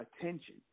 attention